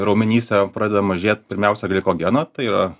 raumenyse pradeda mažėt pirmiausia glikogeno tai yra